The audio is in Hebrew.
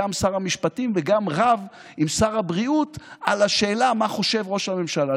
גם שר המשפטים וגם רב עם שר הבריאות על השאלה מה חושב ראש הממשלה?